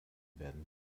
werden